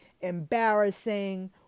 embarrassing